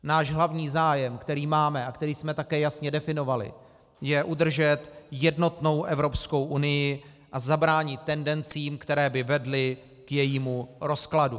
Náš hlavní zájem, který máme a který jsme také jasně definovali, je udržet jednotnou Evropskou unii a zabránit tendencím, které by vedly k jejímu rozkladu.